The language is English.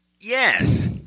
yes